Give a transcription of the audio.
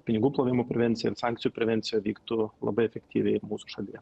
pinigų plovimo prevencija ir sankcijų prevencija vyktų labai efektyviai mūsų šalyje